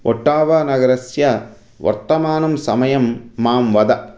ओट्टावनगरस्य वर्तमानं समयं मां वद